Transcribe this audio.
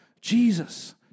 Jesus